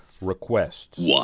requests